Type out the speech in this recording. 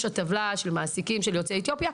הטבלה של מעסיקים של יוצאי אתיופיה,